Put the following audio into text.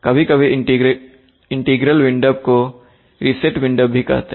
कभी कभी integral wind up को रिसेट विंड अप भी कहते हैं